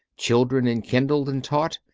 children enkindled and taught,